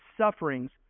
sufferings